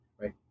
right